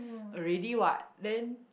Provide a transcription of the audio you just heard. already what then